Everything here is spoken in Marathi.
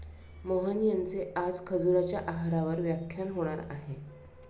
मोहन यांचे आज खजुराच्या आहारावर व्याख्यान होणार आहे